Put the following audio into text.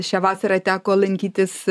šią vasarą teko lankytis